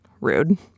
Rude